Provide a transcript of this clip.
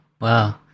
wow